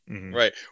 Right